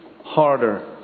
harder